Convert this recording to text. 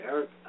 Eric